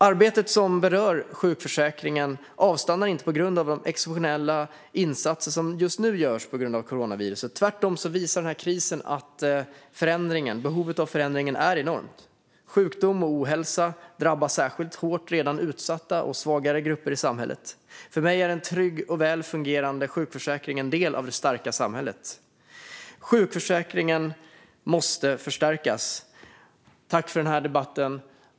Arbetet som berör sjukförsäkringen avstannar inte på grund av de exceptionella insatser som just nu görs på grund av coronaviruset. Tvärtom visar denna kris att behovet av förändring är enormt. Sjukdom och ohälsa drabbar särskilt hårt redan utsatta och svagare grupper i samhället. För mig är en trygg och väl fungerande sjukförsäkring en del av det starka samhället. Sjukförsäkringen måste förstärkas. Tack för denna debatt!